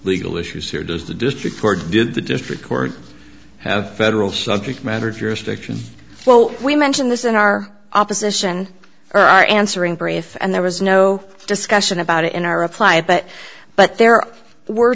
legal issues here does the district or did the district court have federal subject matter jurisdiction well we mentioned this in our opposition or our answering brief and there was no discussion about it in our reply but but there were